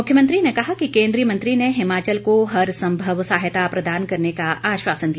मुख्यमंत्री ने कहा कि केंद्रीय मंत्री ने हिमाचल को हरसंभव सहायता प्रदान करने का आश्वासन दिया